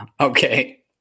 Okay